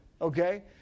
okay